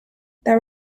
there